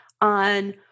on